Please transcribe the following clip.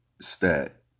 stat